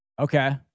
okay